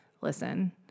Listen